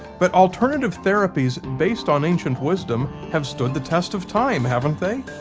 but alternative therapies based on ancient wisdom have stood the test of time, haven't they?